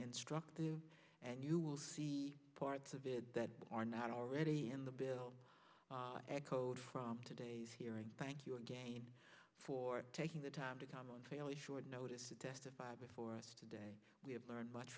struck and you will see parts of it that are not already in the bill code from today's hearing thank you again for taking the time to come on fairly short notice to testify before us today we have learned much